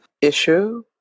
issue